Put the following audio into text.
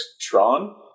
Tron